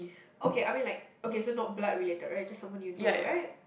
okay I mean like okay so not blood related right just someone you know right